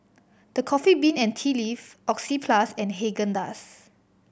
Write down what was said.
The Coffee Bean and Tea Leaf Oxyplus and Haagen Dazs